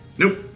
Nope